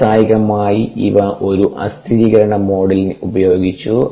വ്യാവസായികമായി ഇവ ഒരു അസ്ഥിരീകരണ മോഡിൽ ഉപയോഗിച്ചു